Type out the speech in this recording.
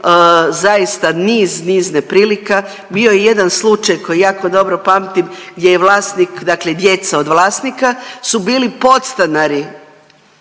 zaista niz, niz neprilika. Bio je jedan slučaj koji jako dobro pamtim gdje je vlasnik dakle djeca od vlasnika su bili podstanari